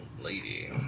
lady